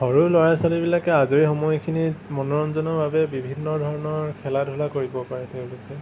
সৰু ল'ৰা ছোৱালীবিলাক আজৰি সময়খিনিত মনোৰঞ্জনৰ বাবে বিভিন্ন ধৰণৰ খেলা ধূলা কৰিব পাৰে